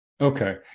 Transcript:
Okay